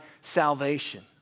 salvation